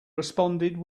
responded